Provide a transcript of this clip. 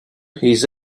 his